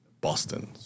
Boston